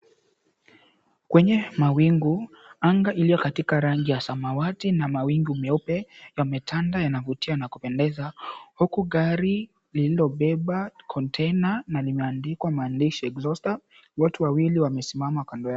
Kwenye mawingu anga iliyokatika rangi ya samawati na mawingu meupe yametanda, yanavutia na kupendeza huku gari lililobeba kontena na limeandikwa maandishi "EXHAUSTER ", watu wawili wamesimama kando yake.